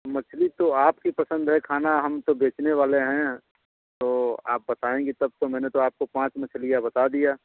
मछली तो आपकी पसंद है खाना हम तो बेचने वाले हैं तो आप बताएंगी तब तो मैंने तो आपको पाँच मछलियाँ बता दिया